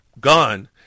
gone